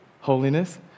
Holiness